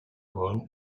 all